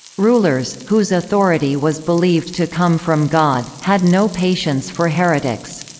rulers, whose authority was believed to come from god, had no patience for heretics